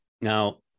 now